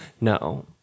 No